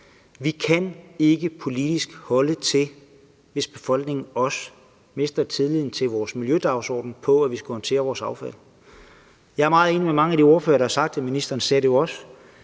Vi kan ikke politisk holde til, at befolkningen også mister tilliden til vores miljødagsorden, med hensyn til at vi skal håndtere vores affald. Jeg er meget enig med mange af de ordførere, der har sagt – ministeren sagde det jo også